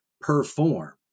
Perform